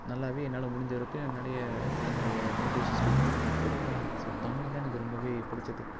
நல்லாவே என்னால் முடிஞ்ச வரைக்கு என்னுடைய என்னுடைய மோட்டிவேஷன் ஸ்பீக் கூட நான் கொடுப்பேன் ஸோ தமிழ் தான் எனக்கு ரொம்பவே பிடிச்சது